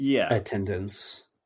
attendance